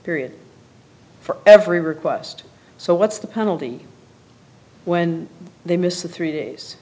period for every request so what's the penalty when they missed three days